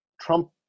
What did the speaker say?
Trump